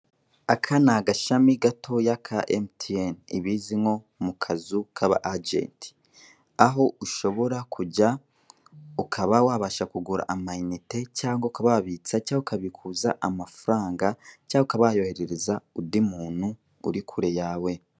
Aka ni agashami gatoya ka MTN, ibizwi nko mu kazu k'aba-ajenti; aho ushobora kujya ukaba wabasha kugura amayinite, cyangwa ukaba wabitsa cyangwa ukabikuza amafaranga, cyangwa ukaba wayoherereza undi muntu uri kure yawe.